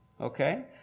Okay